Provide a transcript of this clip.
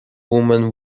women